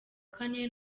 kane